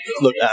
look